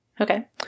Okay